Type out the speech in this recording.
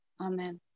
amen